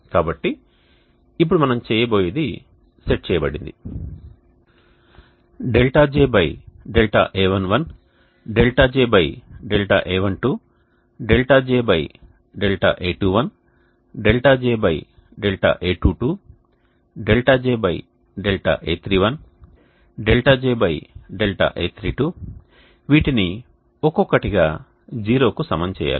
కాబట్టి ఇప్పుడు మనం చేయబోయేది సెట్ చేయబడింది δjδa11 δjδa12 δjδa21 δjδa22 δjδa31 δjδa32 వీటిని ఒక్కొక్కటిగా 0 కు సమం చేయాలి